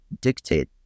dictate